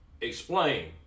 explain